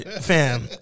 fam